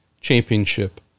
Championship